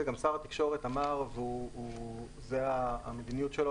גם שר התקשורת אמר שזאת המדיניות שלו